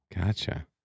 Gotcha